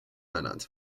ernannt